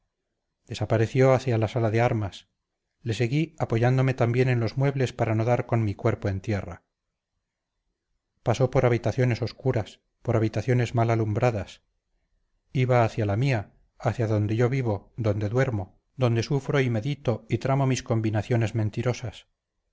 desapareció hacia la sala de armas le seguí apoyándome también en los muebles para no dar con mi cuerpo en tierra pasó por habitaciones obscuras por habitaciones mal alumbradas iba hacia la mía hacia donde yo vivo donde duermo donde sufro y medito y tramo mis combinaciones mentirosas